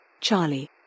Charlie